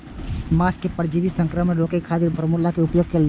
माछ मे परजीवी संक्रमण रोकै खातिर फॉर्मेलिन के उपयोग कैल जाइ छै